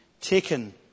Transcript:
taken